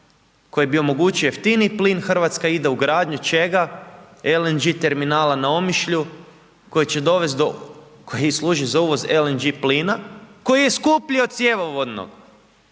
koji bi omogućio jeftiniji plin, Hrvatska ide u gradnju čega, LNG terminala na Omišlju koji će dovesti do, koji i služi za uvoz LNG plina koji je skuplji od cjevovodnog.